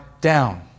down